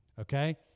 Okay